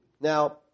now